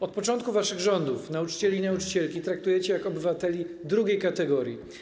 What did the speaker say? Od początku waszych rządów nauczycieli i nauczycielki traktujecie jak obywateli drugiej kategorii.